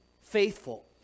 faithful